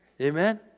Amen